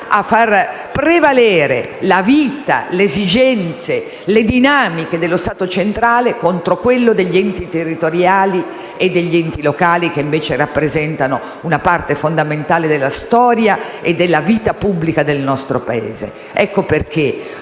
a far prevalere la vita, le esigenze e le dinamiche dello Stato centrale contro quelle degli enti territoriali, che invece rappresentano una parte fondamentale della storia e della vita pubblica del nostro Paese. Per